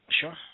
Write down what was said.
Sure